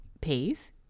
pays